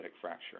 fracture